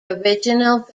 original